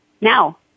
now